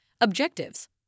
Objectives